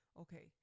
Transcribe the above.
okay